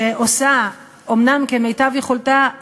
שעושה אומנם כמיטב יכולתה,